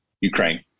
Ukraine